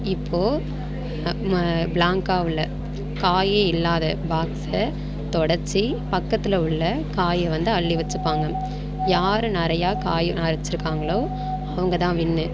இப்போ அ ம ப்ளாங்க்கா உள்ளே காயே இல்லாத பாக்ஸை துடச்சு பக்கத்தில் உள்ளே காயை வந்து அள்ளி வச்சுப்பாங்க யார் நிறையா காய வச்சுருக்காங்களோ அவங்க தான் வின்னு